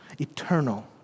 eternal